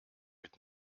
mit